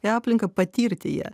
į aplinką patirti ją